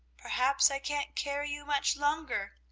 perhaps i can't carry you much longer.